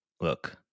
Look